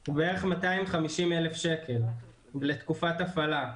הוא בערך 250,000 שקל לתקופת הפעלה.